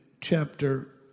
chapter